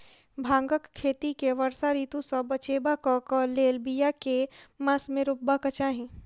भांगक खेती केँ वर्षा ऋतु सऽ बचेबाक कऽ लेल, बिया केँ मास मे रोपबाक चाहि?